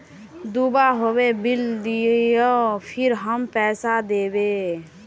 दूबा होबे बिल दियो फिर हम पैसा देबे?